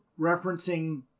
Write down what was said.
referencing